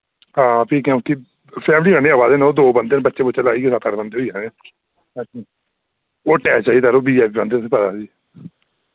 हां फ्ही क्यूंकि फैमली आह्ले आवा दे न ओ दो बंदे न बच्चे बुच्चे लाइयै सत्त अट्ठ बंदे होई जाने ओ अटैच चाहिदा यरो बीआईपी बंदे न तुसें पता फ्ही